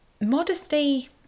modesty